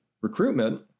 recruitment